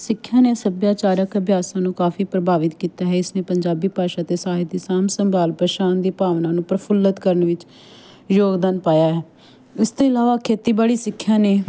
ਸਿੱਖਿਆ ਨੇ ਸੱਭਿਆਚਾਰਕ ਅਭਿਆਸ ਨੂੰ ਕਾਫੀ ਪ੍ਰਭਾਵਿਤ ਕੀਤਾ ਹੈ ਇਸਨੇ ਪੰਜਾਬੀ ਭਾਸ਼ਾ ਅਤੇ ਸਾਹਿਤ ਦੀ ਸਾਂਭ ਸੰਭਾਲ ਪਰ ਸ਼ਾਨ ਦੀ ਭਾਵਨਾ ਨੂੰ ਪ੍ਰਫੁੱਲਤ ਕਰਨ ਵਿੱਚ ਯੋਗਦਾਨ ਪਾਇਆ ਹੈ ਇਸ ਦੇ ਇਲਾਵਾ ਖੇਤੀਬਾੜੀ ਸਿੱਖਿਆ ਨੇ